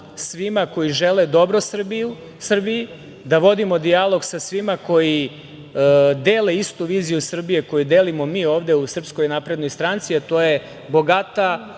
svima koji žele dobro Srbiji, da vodimo dijalog sa svima koji dele istu viziju Srbije koju delim mi ovde u SNS, a to je bogata,